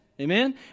Amen